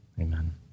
amen